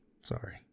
Sorry